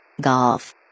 Golf